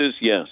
Yes